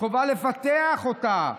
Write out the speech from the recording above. חובה לפתח אותה,